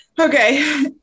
Okay